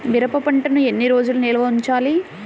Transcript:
మిరప పంటను ఎన్ని రోజులు నిల్వ ఉంచాలి?